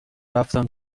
رفتم